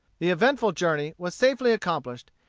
the eventful journey was safely accomplished,